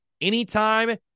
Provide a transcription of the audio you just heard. anytime